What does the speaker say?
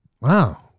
Wow